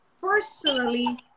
personally